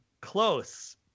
close